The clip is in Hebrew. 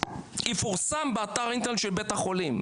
יפורסם באתר האינטרנט של בית החולים.